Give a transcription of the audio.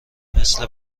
مثل